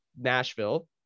Nashville